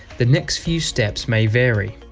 the next few steps may vary.